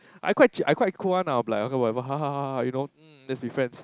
I quite ch~ I quite cool one lah but like okay whatever you know let's be friends